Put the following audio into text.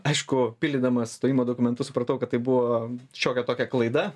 aišku pildydamas stojimo dokumentus supratau kad tai buvo šiokia tokia klaida